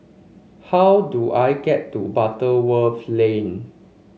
how do I get to Butterworth Lane